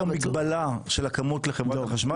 או המגבלה של הכמות לחברת החשמל?